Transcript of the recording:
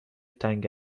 تنگ